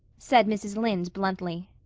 said mrs. lynde bluntly.